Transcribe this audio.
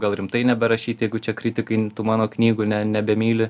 gal rimtai neberašyt jeigu čia kritikai mano knygų ne nebemyli